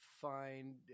find